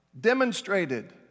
demonstrated